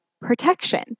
protection